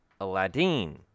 Aladdin